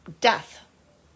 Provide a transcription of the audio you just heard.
death